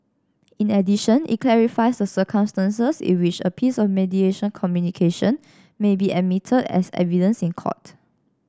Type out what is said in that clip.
in addition it clarifies the circumstances in which a piece of mediation communication may be admitted as evidence in court